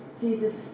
Jesus